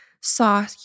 saw